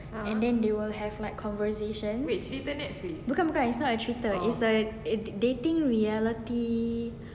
and then they will have like conversations bukan bukan it's not a cerita it's like dating reality